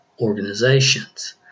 organizations